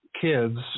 kids